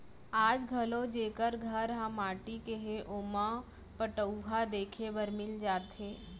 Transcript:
आज घलौ जेकर घर ह माटी के हे ओमा पटउहां देखे बर मिल जाथे